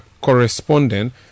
correspondent